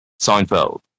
Seinfeld